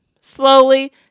slowly